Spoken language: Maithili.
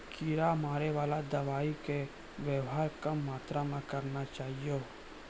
कीड़ा मारैवाला दवाइ के वेवहार कम मात्रा मे करना चाहियो